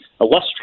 illustrious